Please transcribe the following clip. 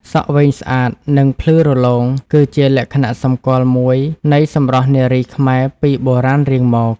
សក់វែងស្អាត និងភ្លឺរលោងគឺជាលក្ខណៈសម្គាល់មួយនៃសម្រស់នារីខ្មែរពីបុរាណរៀងមក។